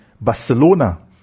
Barcelona